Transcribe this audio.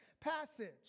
passage